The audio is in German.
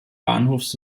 bahnhofs